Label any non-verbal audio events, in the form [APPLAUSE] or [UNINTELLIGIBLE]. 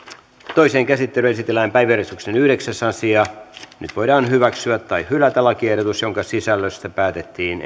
toiseen käsittelyyn esitellään päiväjärjestyksen yhdeksäs asia nyt voidaan hyväksyä tai hylätä lakiehdotus jonka sisällöstä päätettiin [UNINTELLIGIBLE]